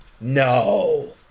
No